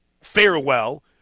farewell